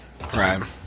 Right